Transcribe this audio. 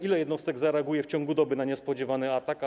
Ile jednostek zareaguje w ciągu doby na niespodziewany atak?